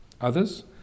Others